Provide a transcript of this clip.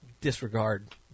disregard